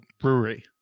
brewery